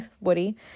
Woody